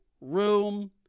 room